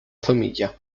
famiglia